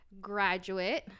graduate